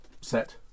set